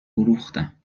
فروختم